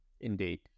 Indeed